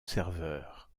serveur